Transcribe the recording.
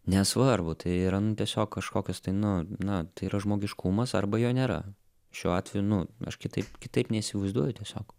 nesvarbu tai yra nu tiesiog kažkokios tai nu nu tai yra žmogiškumas arba jo nėra šiuo atveju nu aš kitaip kitaip neįsivaizduoju tiesiog